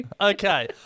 Okay